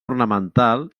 ornamental